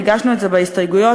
והגשנו את זה בהסתייגויות,